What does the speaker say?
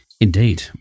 Indeed